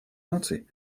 наций